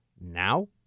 now